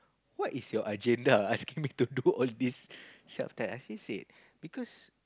what is your agenda asking me to do all this set of test as she said because